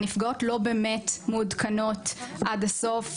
הנפגעות לא באמת מעודכנות עד הסוף,